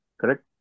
correct